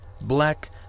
black